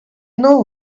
know